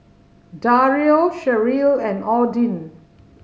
Dario Cherrelle and Odin